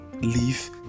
leave